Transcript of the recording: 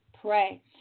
pray